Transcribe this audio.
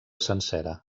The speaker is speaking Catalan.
sencera